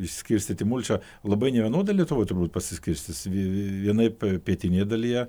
išskirstyti mulčą labai nevienodai lietuvoj turbūt pasiskirstys vienaip pietinėj dalyje